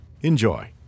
Enjoy